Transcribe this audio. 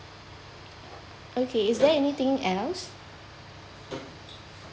okay is there anything else